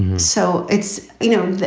so it's you know,